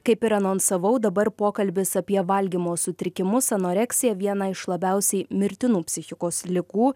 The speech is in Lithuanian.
kaip ir anonsavau dabar pokalbis apie valgymo sutrikimus anoreksija viena iš labiausiai mirtinų psichikos ligų